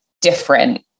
different